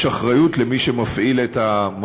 יש אחריות של מי שמפעיל את המקום.